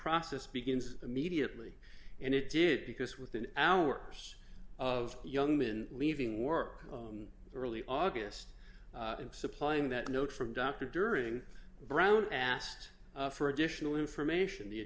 process begins immediately and it did because within hours of young men leaving work early august and supplying that note from dr during brown asked for additional information the